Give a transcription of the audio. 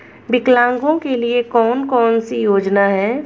विकलांगों के लिए कौन कौनसी योजना है?